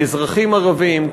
באזרחים ערבים.